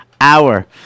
Hour